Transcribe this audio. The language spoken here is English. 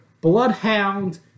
bloodhound